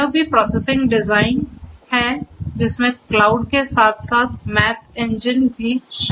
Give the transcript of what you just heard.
यह भी processing engine है जिसमें क्लाउड के साथ साथ मैथ इंजन भी शामिल है